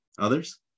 Others